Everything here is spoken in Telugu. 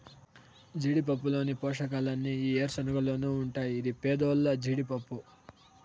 జీడిపప్పులోని పోషకాలన్నీ ఈ ఏరుశనగలోనూ ఉంటాయి ఇది పేదోల్ల జీడిపప్పు